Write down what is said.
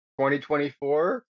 2024